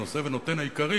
הנושא ונותן העיקרי